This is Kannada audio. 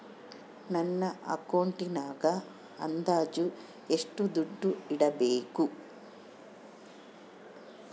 ನನ್ನ ಅಕೌಂಟಿನಾಗ ಅಂದಾಜು ಎಷ್ಟು ದುಡ್ಡು ಇಡಬೇಕಾ?